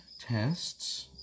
tests